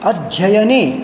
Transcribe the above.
अध्ययने